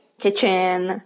kitchen